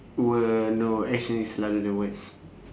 what no actions louder than words